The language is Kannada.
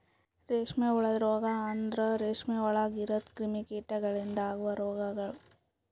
ರೇಷ್ಮೆ ಹುಳದ ರೋಗ ಅಂದುರ್ ರೇಷ್ಮೆ ಒಳಗ್ ಇರದ್ ಕ್ರಿಮಿ ಕೀಟಗೊಳಿಂದ್ ಅಗವ್ ರೋಗಗೊಳ್